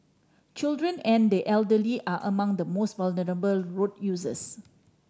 children and the elderly are among the most vulnerable road users